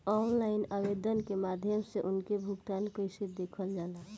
Online आवेदन के माध्यम से उनके भुगतान कैसे देखल जाला?